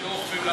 שלא אוכפים,